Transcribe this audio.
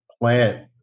plant